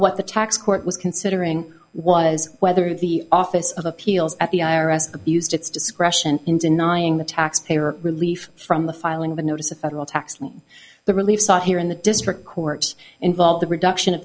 the tax court was considering was whether the office of appeals at the i r s abused its discretion in denying the taxpayer relief from the filing of a notice of federal tax lien the relief sought here in the district court involved the reduction of